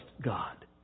God